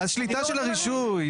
השליטה של הרישוי.